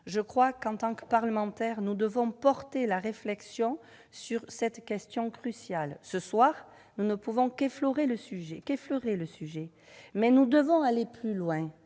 l'horizon. En tant que parlementaires, nous devons porter la réflexion sur cette question cruciale. Ce soir, nous ne pourrons qu'effleurer le sujet, mais nous devons aller plus loin.